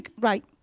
Right